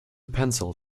pencil